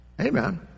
Amen